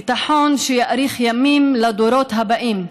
ביטחון שיאריך ימים לדורות הבאים.